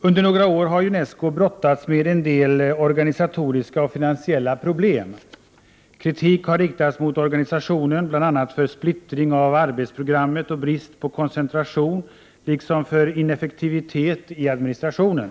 Under några år har Unesco brottats med en del organisatoriska och finansiella problem. Kritik har riktats mot organisationen bl.a. för splittring av arbetsprogrammet och brist på koncentration liksom för ineffektivitet i administrationen.